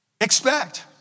Expect